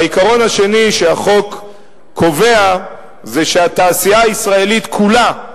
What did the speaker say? העיקרון השני שהחוק קובע זה שהתעשייה הישראלית כולה,